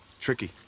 Tricky